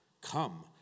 come